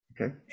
Okay